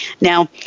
Now